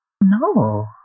No